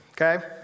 Okay